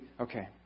okay